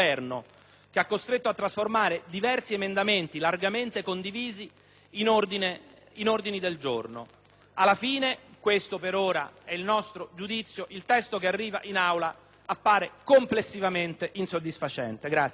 che ha costretto a trasformare diversi emendamenti largamente condivisi in ordini del giorno. Alla fine - questo è per ora il nostro giudizio - il testo che arriva in Aula ci appare complessivamente insoddisfacente.